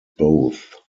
both